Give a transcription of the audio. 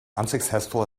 unsuccessful